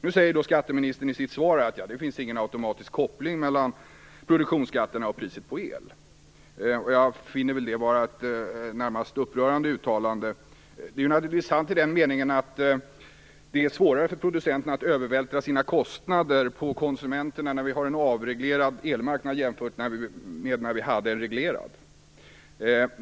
Nu säger skatteministern i sitt svar att det inte finns någon automatisk koppling mellan produktionsskatterna och priset på el. Jag finner detta vara ett närmast upprörande uttalande. Det är naturligtvis sant i den meningen att det med en avreglerad elmarknad är svårare för producenterna att övervältra sina kostnader på konsumenterna jämfört med när elmarknaden var reglerad.